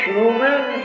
Human